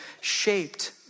shaped